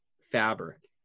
fabric